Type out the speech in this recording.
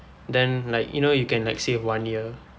then like you know you can like save one year